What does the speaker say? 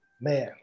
man